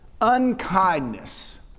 Unkindness